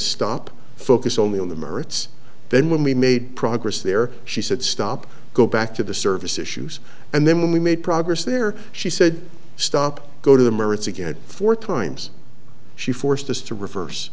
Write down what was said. stop focus only on the merits then when we made progress there she said stop go back to the service issues and then we made progress there she said stop go to the merits again four times she forced us to reverse